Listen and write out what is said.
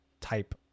type